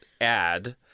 add